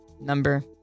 number